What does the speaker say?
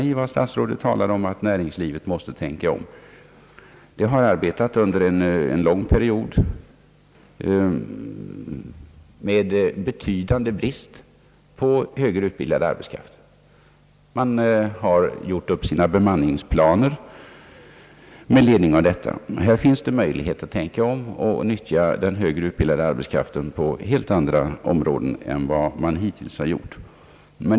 När statsrådet talar om att näringslivet måste tänka om, vill jag instämma. Man har under en lång period arbetat med betydande brist på arbetskraft med högre utbildning, och man har gjort upp sina bemanningsplaner med ledning av detta förhållande. Här finns det möjlighet att tänka om och utnyttja arbetskraft med högre utbildning på helt andra områden än hittills.